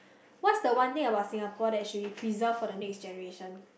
what's the one thing about Singapore that should we preserve for the next generation